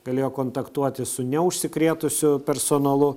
galėjo kontaktuoti su neužsikrėtusiu personalu